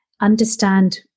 understand